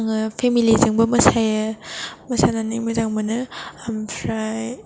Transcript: आङो पेमेलिजोंबो मोसायो मोसानानै मोजां मोनो आमफ्राय